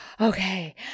Okay